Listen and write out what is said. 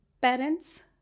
parents